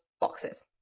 boxes